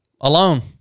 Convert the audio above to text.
alone